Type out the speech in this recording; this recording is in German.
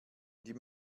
die